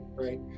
Right